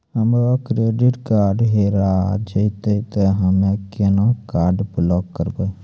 हमरो credit card हेरा जेतै ते हम्मय केना कार्ड ब्लॉक करबै?